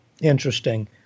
interesting